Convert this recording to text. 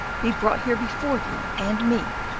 be brought here before you and me,